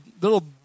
little